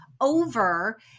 over